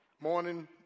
morning